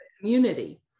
community